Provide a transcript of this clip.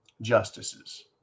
justices